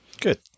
Good